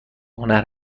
هنر